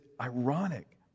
ironic